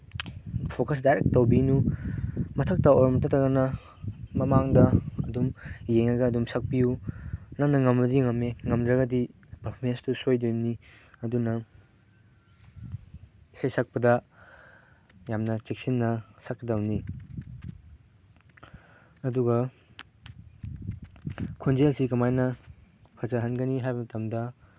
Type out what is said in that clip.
focus direct ꯇꯧꯕꯤꯅꯨ ꯃꯊꯛꯇ or ꯃꯊꯛꯇ ꯅꯪꯅ ꯃꯃꯥꯡꯗ ꯑꯗꯨꯝ ꯌꯦꯡꯉꯒ ꯑꯗꯨꯝ ꯁꯛꯄꯤꯌꯨ ꯅꯪꯅ ꯉꯝꯃꯗꯤ ꯉꯝꯃꯦ ꯉꯝꯗ꯭ꯔꯒꯗꯤ ꯄꯔꯐꯣꯔꯃꯦꯟꯁꯇꯨ ꯁꯣꯏꯗꯣꯏꯅꯤ ꯑꯗꯨꯅ ꯏꯁꯩ ꯁꯛꯄꯗ ꯌꯥꯝꯅ ꯆꯦꯛꯁꯤꯟꯅ ꯁꯛꯀꯗꯧꯅꯤ ꯑꯗꯨꯒ ꯈꯣꯟꯖꯦꯜꯁꯤ ꯀꯃꯥꯏꯅ ꯐꯖꯍꯟꯒꯅꯤ ꯍꯥꯏꯕ ꯃꯇꯝꯗ